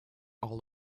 all